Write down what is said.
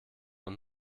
und